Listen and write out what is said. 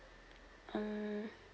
mm